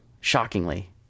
shockingly